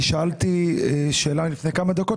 אני שאלתי שאלה לפני כמה דקות,